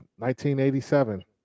1987